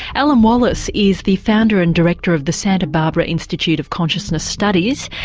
alan wallace is the founder and director of the santa barbara institute of consciousness studies,